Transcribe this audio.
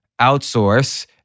outsource